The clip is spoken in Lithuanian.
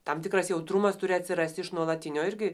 tam tikras jautrumas turi atsirasti iš nuolatinio irgi